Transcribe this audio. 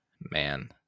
Man